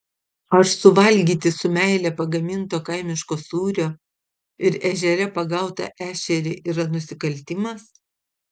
ar suvalgyti su meile pagaminto kaimiško sūrio ir ežere pagautą ešerį yra nusikaltimas